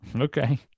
Okay